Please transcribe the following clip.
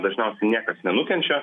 dažniausiai niekas nenukenčia